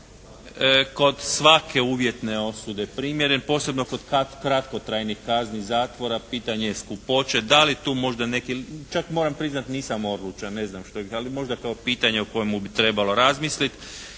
kod svake uvjetne osude primjeren, posebno kod kratkotrajnih kazni zatvora, pitanje je skupoće? Da li tu možda neki, čak moram priznati nisam odlučan što bih. Ali možda je to pitanje o kojemu bi trebalo razmislit.